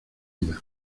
vida